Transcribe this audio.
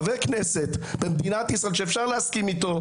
חבר כנסת במדינת ישראל שאפשר להסכים איתו,